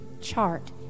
chart